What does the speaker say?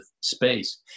space